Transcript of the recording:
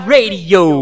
Radio